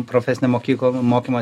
profesinė mokykla mokymo